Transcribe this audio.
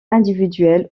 individuelles